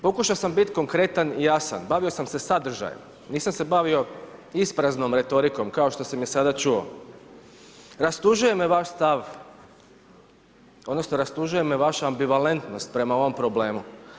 Pokušao sam biti konkretan i jasan, bavio sam se sadržaje, nisam se bavio ispraznom retorikom kao što si me sada čuo, rastužuje me vaš stav odnosno rastužuje me vaša ambivalentnost prema ovom problemu.